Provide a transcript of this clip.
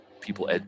people